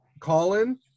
Colin